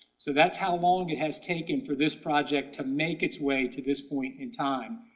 so that's how long it has taken for this project to make its way to this point in time.